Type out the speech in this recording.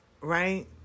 right